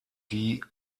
die